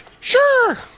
Sure